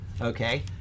Okay